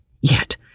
Yet